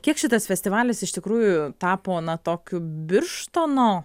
kiek šitas festivalis iš tikrųjų tapo na tokiu birštono